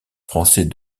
français